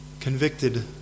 convicted